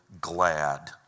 glad